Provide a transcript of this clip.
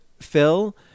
phil